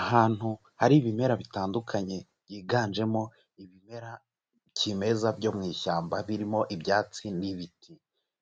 Ahantu hari ibimera bitandukanye byiganjemo ibimera kimeza byo mu ishyamba birimo ibyatsi n'ibiti,